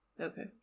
Okay